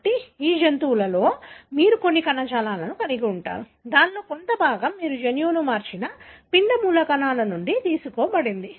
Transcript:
కాబట్టి ఈ జంతువులలో మీరు కొన్ని కణజాలాలను కలిగి ఉంటారు దానిలో కొంత భాగం మీరు జన్యువును మార్చిన పిండ మూలకణాల నుండి తీసుకోబడింది